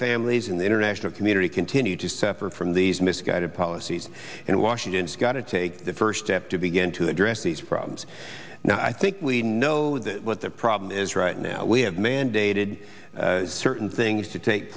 families in the international community continue to suffer from these misguided policies and washington has got to take the first step to begin to address these problems now i think we know what the problem is right now we have mandated certain things to take